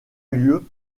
lieu